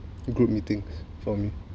group meetings for me